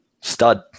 Stud